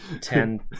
Ten